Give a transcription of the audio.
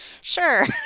sure